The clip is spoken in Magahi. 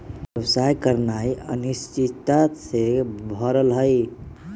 व्यवसाय करनाइ अनिश्चितता से भरल हइ